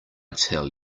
tell